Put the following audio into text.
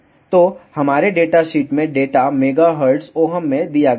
तो हमारे data sheet में डेटा मेगाहर्ट्ज Ohm में दिया गया है